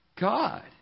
God